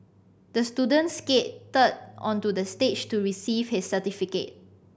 the student skated onto the stage to receive his certificate